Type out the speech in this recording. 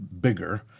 bigger